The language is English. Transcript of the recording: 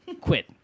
quit